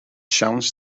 siawns